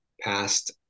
past